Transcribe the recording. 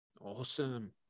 awesome